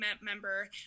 member